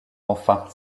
enfin